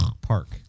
Park